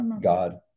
god